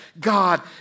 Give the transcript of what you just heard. God